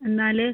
എന്നാൽ